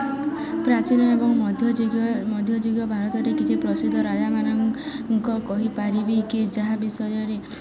ପ୍ରାଚୀନ ଏବଂ ମଧ୍ୟଯୁଗୀୟ ମଧ୍ୟଯୁଗୀୟ ଭାରତରେ କିଛି ପ୍ରସିଦ୍ଧ ରାଜାମାନଙ୍କ କହିପାରିବେ କି ଯାହା ବିଷୟରେ